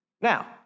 Now